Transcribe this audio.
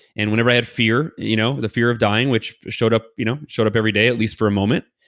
and whenever i had a fear, you know the fear of dying, which showed up you know showed up every day, at least for a moment,